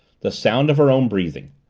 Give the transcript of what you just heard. the sound of her own breathing.